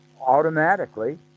automatically